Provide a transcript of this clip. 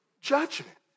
Judgment